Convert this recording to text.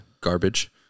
garbage